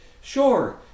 Sure